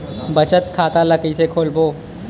बचत खता ल कइसे खोलबों?